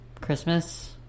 Christmas